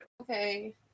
Okay